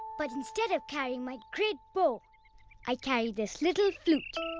but instead of carrying my great bow i carry this little flute.